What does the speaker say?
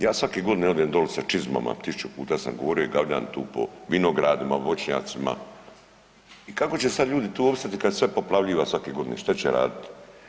Ja svake godine odem dolje sa čizmama, 1000 puta sam govorio i ... tu po vinogradima, voćnjacima i kako će sad ljudi tu opstati kad sve poplavljiva svake godine, što će raditi?